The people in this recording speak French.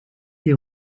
des